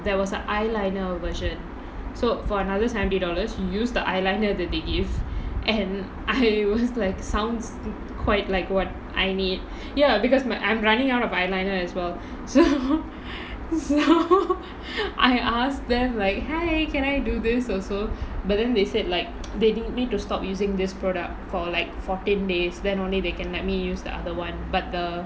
there was a eyeliner version so for another seventy I do this also but then they said like they do need to stop using this product for like fourteen days then only they can let me use the other one but the